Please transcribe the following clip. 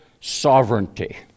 sovereignty